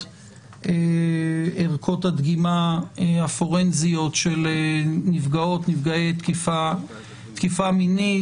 ערכות הדגימה הפורנזיות של נפגעות ונפגעי תקיפה מינית,